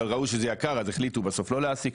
אבל ראו שזה יקר אז החליטו בסוף לא להעסיק.